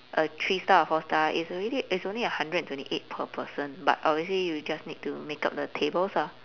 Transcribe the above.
a three star or four star it's already it's only a hundred and twenty eight per person but obviously you just need to make up the tables ah